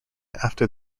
after